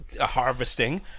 Harvesting